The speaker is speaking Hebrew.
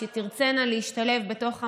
מי שתרצינה להשתלב בתוך המערך,